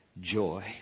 joy